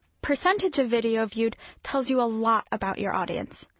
percentage of video viewed tells you a lot about your audience.